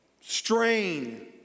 strain